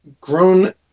grown